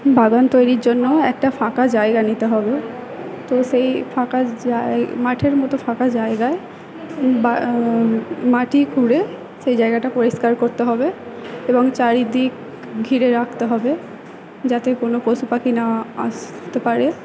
বাগান তৈরির জন্য একটা ফাঁকা জায়গা নিতে হবে তো সেই ফাঁকা জায় মাঠের মতো ফাঁকা জায়গায় বা মাটি খুঁড়ে সেই জায়গাটা পরিষ্কার করতে হবে এবং চারিদিক ঘিরে রাখতে হবে যাতে কোনো পশু পাখি না আসতে পারে